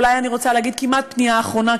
אולי אני רוצה להגיד כמעט פנייה אחרונה,